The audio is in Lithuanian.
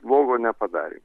blogo nepadarė